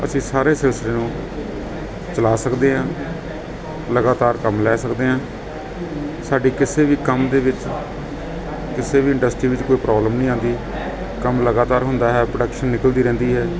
ਅਸੀਂ ਸਾਰੇ ਸਿਲਸਿਲੇ ਨੂੰ ਚਲਾ ਸਕਦੇ ਹਾਂ ਲਗਾਤਾਰ ਕੰਮ ਲੈ ਸਕਦੇ ਹੈ ਸਾਡੀ ਕਿਸੇ ਵੀ ਕੰਮ ਦੇ ਵਿੱਚ ਕਿਸੇ ਵੀ ਇੰਡਸਟਰੀ ਵਿੱਚ ਕੋਈ ਪ੍ਰੋਬਲਮ ਨਹੀਂ ਆਉਂਦੀ ਕੰਮ ਲਗਾਤਾਰ ਹੁੰਦਾ ਹੈ ਪ੍ਰੋਡਕਸ਼ਨ ਨਿਕਲਦੀ ਰਹਿੰਦੀ ਹੈ